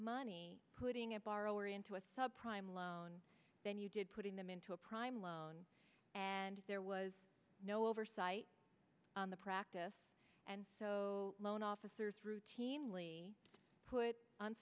money putting a borrower into a sub prime loan then you did putting them into a prime loan and there was no oversight on the practice and so loan officers routinely put on